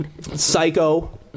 Psycho